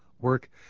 work